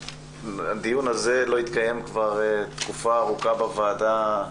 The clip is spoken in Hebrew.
הדיון הזה לא התקיים כבר תקופה ארוכה בוועדה,